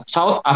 South